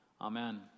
Amen